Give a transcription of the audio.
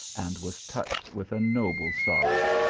and was touched with a noble sorrow.